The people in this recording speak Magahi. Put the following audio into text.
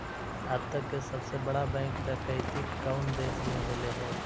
अब तक के सबसे बड़ा बैंक डकैती कउन देश में होले हइ?